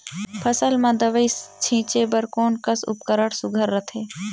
फसल म दव ई छीचे बर कोन कस उपकरण सुघ्घर रथे?